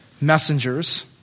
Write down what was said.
messengers